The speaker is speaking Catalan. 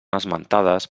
esmentades